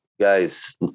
Guys